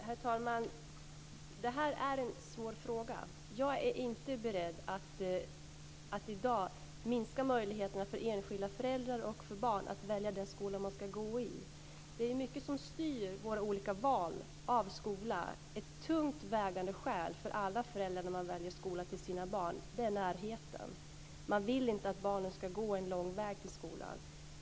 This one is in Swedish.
Herr talman! Det här är en svår fråga. Jag är inte beredd att i dag minska möjligheterna för enskilda föräldrar och för barn att välja den skola man ska gå i. Det är mycket som styr våra olika val av skola. Ett tungt vägande skäl för alla föräldrar när man väljer skola till sina barn är närheten. Man vill inte att barnen ska gå en lång väg till skolan.